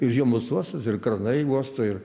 ir žiemos uostas ir kranai uosto ir